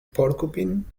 porcupine